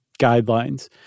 guidelines